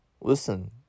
listen